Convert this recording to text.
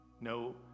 No